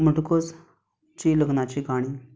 म्हणटकूच जी लग्नाची गाणीं